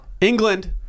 England